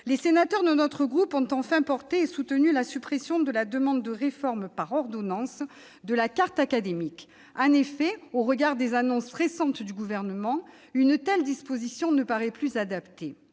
Les sénateurs de notre groupe ont enfin porté et soutenu la suppression de la demande de réforme par ordonnances de la carte académique. En effet, au regard des annonces récentes du Gouvernement, une telle disposition ne paraît plus adaptée.